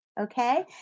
Okay